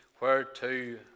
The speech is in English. whereto